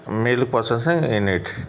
main processing unit